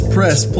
Press